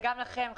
וגם לכם,